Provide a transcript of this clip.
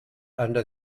under